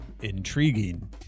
intriguing